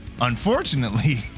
unfortunately